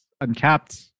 uncapped